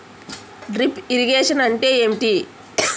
Drip irrigation అంటే ఏమిటి?